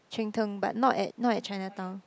Cheng-Teng but not at not at Chinatown